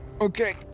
Okay